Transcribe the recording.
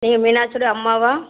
நீங்கள் மீனாட்சியோடய அம்மாவா